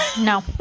No